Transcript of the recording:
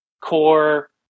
core